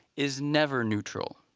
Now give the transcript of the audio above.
is never neutral.